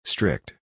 Strict